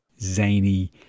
zany